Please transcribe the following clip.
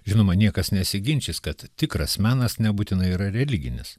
žinoma niekas nesiginčys kad tikras menas nebūtinai yra religinis